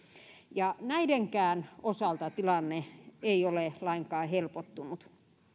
näidenkään osalta tilanne ei ole lainkaan helpottunut